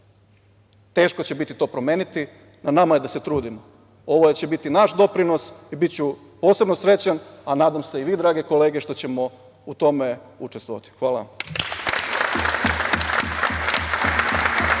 će biti to promeniti, na nama je da se trudimo. Ovo će biti naš doprinos i biću posebno srećan, a nadam se i vi drage kolege, što ćemo u tome učestvovati. Hvala.